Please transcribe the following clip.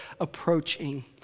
approaching